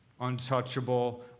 untouchable